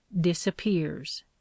disappears